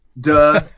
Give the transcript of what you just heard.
duh